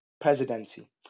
presidency